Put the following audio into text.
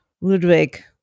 Ludwig